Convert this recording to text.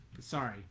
sorry